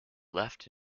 left